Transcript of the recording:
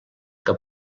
que